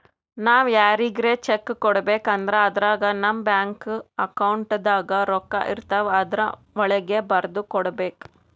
ನಾವ್ ಯಾರಿಗ್ರೆ ಚೆಕ್ಕ್ ಕೊಡ್ಬೇಕ್ ಅಂದ್ರ ಅದ್ರಾಗ ನಮ್ ಬ್ಯಾಂಕ್ ಅಕೌಂಟ್ದಾಗ್ ರೊಕ್ಕಾಇರ್ತವ್ ಆದ್ರ ವಳ್ಗೆ ಬರ್ದ್ ಕೊಡ್ಬೇಕ್